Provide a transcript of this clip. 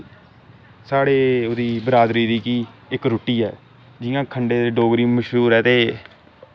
साढ़े ओह्दा बरादरी दी कि इक रुट्टी ऐ जियां खंडे दी डोगरी मश्हूर ऐ ते